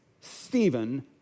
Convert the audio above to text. Stephen